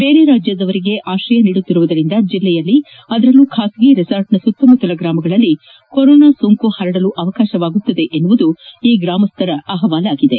ಬೇರೆ ರಾಜ್ಯದವರಿಗೆ ಆಶ್ರಯ ನೀಡುತ್ತಿರುವುದರಿಂದ ಜಿಲ್ಲೆಯಲ್ಲಿ ಅದರಲ್ಲೂ ಖಾಸಗಿ ರೆಸಾರ್ಟ್ನ ಸುತ್ತಮುತ್ತಲ ಗ್ರಾಮಗಳಲ್ಲಿ ಕೊರೊನಾ ಸೋಂಕು ಪರಡಲು ಅವಕಾಶವಾಗುತ್ತದೆ ಎಂಬುದು ಈ ಗ್ರಾಮಸ್ಸರ ಅಹವಾಲಾಗಿದೆ